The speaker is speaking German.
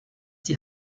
die